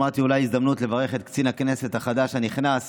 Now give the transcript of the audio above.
אמרתי שזו אולי ההזדמנות לברך את קצין הכנסת החדש הנכנס